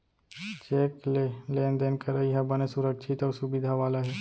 cheque ले लेन देन करई ह बने सुरक्छित अउ सुबिधा वाला हे